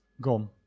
gone